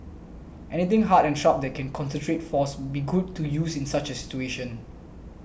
anything hard and sharp that can concentrate force be good to use in such a situation